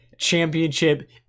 championship